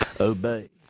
obey